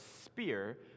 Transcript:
spear